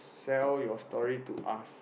sell your story to us